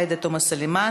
עאידה תומא סלימאן,